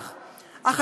עכשיו, אדוני, אני פונה